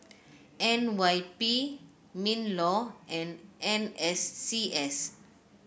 N Y P Minlaw and N S C S